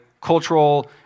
cultural